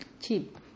cheap